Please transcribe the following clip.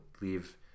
leave